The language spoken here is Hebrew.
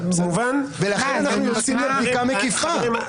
ולכן אנחנו יוצאים לבדיקה מקיפה.